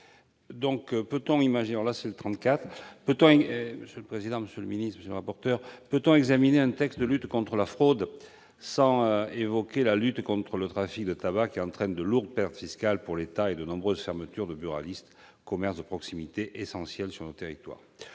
vous en prie, mon cher collègue. Peut-on examiner un texte relatif à la lutte contre la fraude sans évoquer la lutte contre le trafic de tabac qui entraîne de lourdes pertes fiscales pour l'État et de nombreuses fermetures de bureaux de tabac, commerces de proximité essentiels sur nos territoires ?